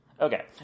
Okay